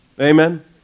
Amen